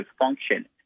function